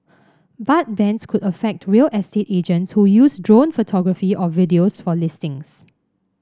but bans could affect real estate agents who use drone photography or videos for listings